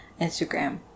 Instagram